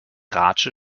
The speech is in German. ratsche